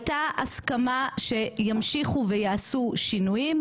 שהבג"ץ יעמוד לצד המיעוט כאשר הרוב רומס אותו,